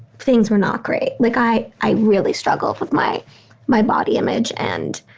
things were not great. like, i i really struggle with my my body image. and